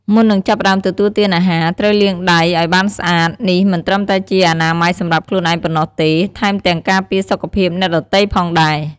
មុននឹងចាប់ផ្តើមទទួលទានអាហារ ត្រូវលាងដៃឱ្យបានស្អាត នេះមិនត្រឹមតែជាអនាម័យសម្រាប់ខ្លួនឯងប៉ុណ្ណោះទេ ថែមទាំងការពារសុខភាពអ្នកដទៃផងដែរ។